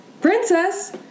Princess